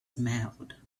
smiled